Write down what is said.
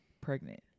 pregnant